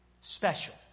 Special